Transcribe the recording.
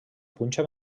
punxa